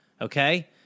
Okay